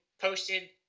posted